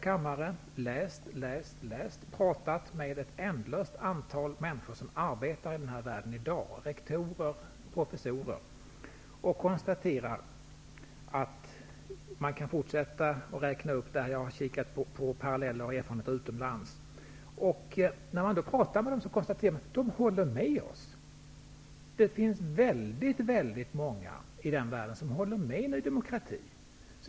Jag har läst och pratat med ett ändlöst antal människor, rektorer och professorer, som i dag arbetar i den här världen. Jag har kikat på paralleller och erfarenheter utomlands, och jag kan konstatera att det finns många i skolvärlden som håller med Ny demokrati.